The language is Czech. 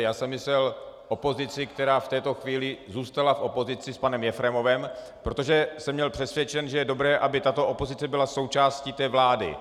Já jsem myslel opozici, která v této chvíli zůstala v opozici s panem Jefremovem, protože jsem byl přesvědčen, že je dobré, aby tato opozice byla součástí vlády.